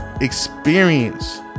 experience